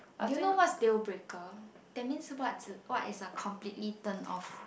do you know what's deal breaker that means what's what is a completely turn off